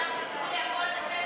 אפשר להפיל את ההצעה של שמולי,